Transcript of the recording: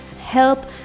help